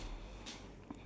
ya